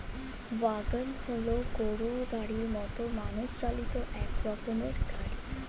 wagon হল গরুর গাড়ির মতো মানুষ চালিত এক রকমের গাড়ি